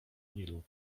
nilu